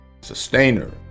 sustainer